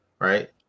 right